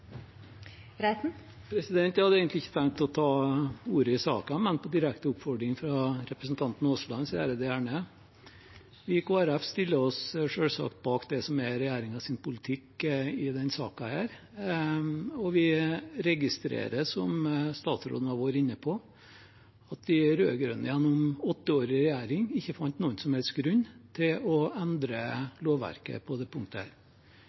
egentlig ikke tenkt å ta ordet i saken, men på direkte oppfordring fra representanten Aasland gjør jeg det gjerne. I Kristelig Folkeparti stiller vi oss selvsagt bak det som er regjeringens politikk i denne saken. Vi registrerer, som statsråden har vært inne på, at de rød-grønne gjennom åtte år i regjering ikke fant noen som helst grunn til å endre lovverket på dette punktet.